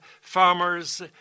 farmers